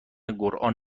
قرآن